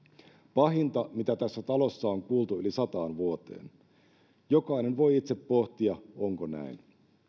pahinta mitä tässä talossa on kuultu yli sataan vuoteen jokainen voi itse pohtia onko näin